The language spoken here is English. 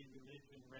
religion